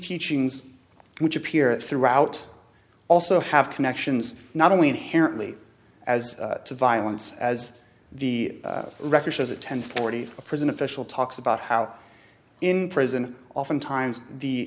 teachings which appear throughout also have connections not only inherently as violence as the record shows at ten forty a prison official talks about how in prison oftentimes the